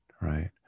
right